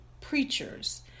preachers